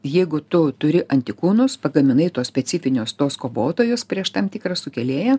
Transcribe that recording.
jeigu tu turi antikūnus pagaminai tuos specifinius tuos kovotojus prieš tam tikrą sukėlėją